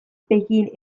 pekin